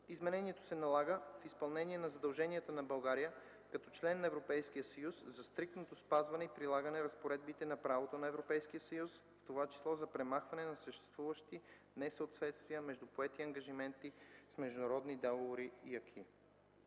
Изменението се налага в изпълнение на задълженията на България като член на Европейския съюз за стриктно спазване и прилагане разпоредбите на правото на Европейския съюз, в това число за премахване на съществуващи несъответствия между поети ангажименти с международни договори и